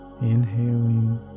Inhaling